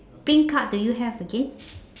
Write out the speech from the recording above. pink card do you have again